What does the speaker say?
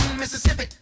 Mississippi